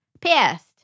Pissed